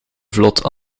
vlot